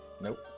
Nope